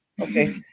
okay